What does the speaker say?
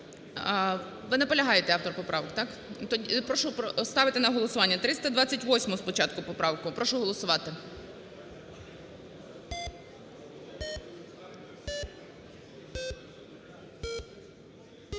Ви наполягаєте, автор поправок? Так? Тоді прошу ставити на голосування, 328-у спочатку поправку. Прошу голосувати.